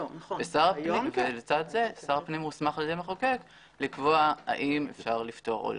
הפנים מוסמך על ידי המחוקק לקבוע האם אפשר לפטור או לא.